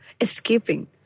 escaping